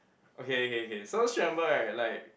okay okay okay so she remember right like